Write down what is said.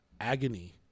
agony